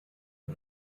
und